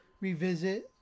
revisit